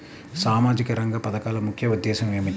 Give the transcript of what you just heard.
సామాజిక రంగ పథకాల ముఖ్య ఉద్దేశం ఏమిటీ?